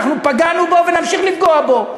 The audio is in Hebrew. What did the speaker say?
פגענו בו ונמשיך לפגוע בו.